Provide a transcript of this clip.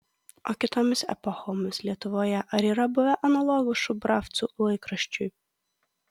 o kitomis epochomis lietuvoje ar yra buvę analogų šubravcų laikraščiui